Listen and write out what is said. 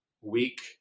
week